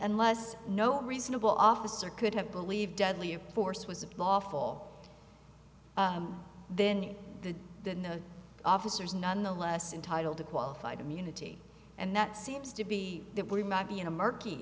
unless no reasonable officer could have believed deadly force was lawful then the the officers nonetheless intitled a qualified immunity and that seems to be that we might be in a murky